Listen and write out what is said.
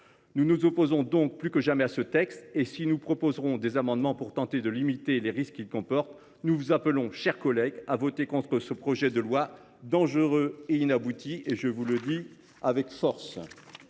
Nous nous opposons donc plus que jamais à ce texte. Et si nous proposons des amendements pour tenter de limiter les risques qu’il comporte, nous vous appelons, mes chers collègues, à ne pas voter ce projet de loi : je le dis avec force,